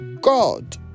God